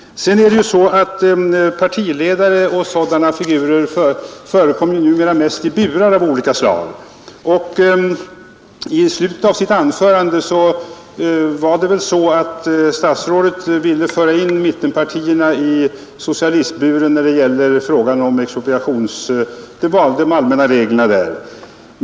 Partiledare och sådana figurer förekommer ju numera mest i burar av olika slag. I slutet av sitt anförande ville statsrådet föra in mittenpartierna i socialistburen när det gäller de allmänna reglerna om expropriation.